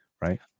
right